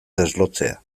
deslotzea